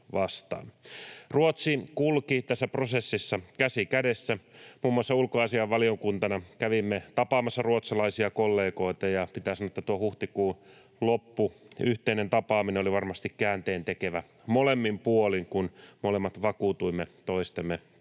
Ruotsi kulki tässä prosessissa käsi kädessä. Muun muassa ulkoasiainvaliokuntana kävimme tapaamassa ruotsalaisia kollegoita, ja pitää sanoa, että tuo huhtikuun loppu, yhteinen tapaaminen, oli varmasti käänteentekevä molemmin puolin, kun molemmat vakuutuimme toistemme tahdosta,